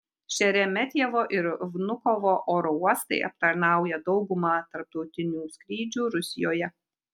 šeremetjevo ir vnukovo oro uostai aptarnauja daugumą tarptautinių skrydžių rusijoje